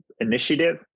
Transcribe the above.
initiative